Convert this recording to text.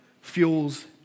fuels